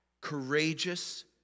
Courageous